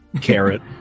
Carrot